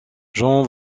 jean